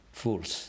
fools